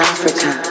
Africa